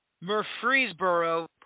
Murfreesboro